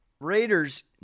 Raiders